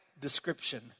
description